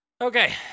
Okay